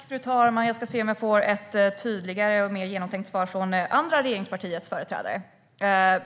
Fru talman! Jag ska se om jag får ett tydligare och mer genomtänkt svar från det andra regeringspartiets företrädare.